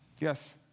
Yes